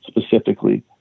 specifically